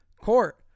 Court